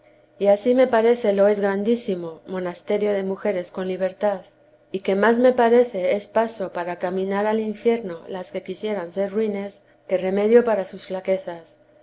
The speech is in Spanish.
y ansí me parece lo es grandísimo monasterio de mujeres con libertad y que más me parece es paso para caminar al infierno las que quisieren ser ruines que remedio para sus flaquezas